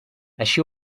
així